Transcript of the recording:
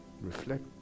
Reflect